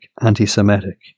anti-Semitic